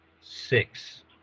Six